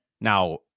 now